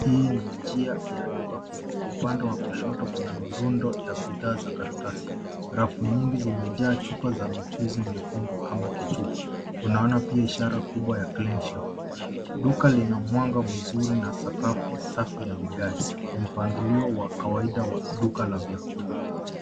Hii ni njia ya duka kubwa, upande wa kushoto kuna mirundo ya bidhaa za karatasi rafu nyingi zimejaa chupa za mchuzi miekundu kama ketchup . Unaona pia ishara kubwa ya Cleanshelf duka lina mwanga mzuri na sakafu safi ya vigae ni mpangilio wa kawaida wa duka la vyakula.